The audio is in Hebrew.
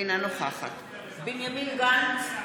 אינה נוכחת בנימין גנץ,